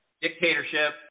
dictatorship –